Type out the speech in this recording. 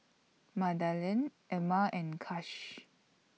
Madalynn Ilma and Kash